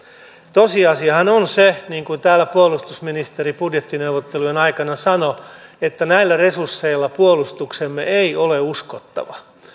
tosiasiahan on se niin kuin täällä puolustusministeri budjettineuvottelujen aikana sanoi että näillä resursseilla puolustuksemme ei ole uskottava